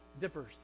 dippers